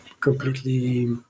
completely